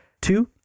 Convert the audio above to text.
Two